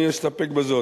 אני אסתפק בזאת,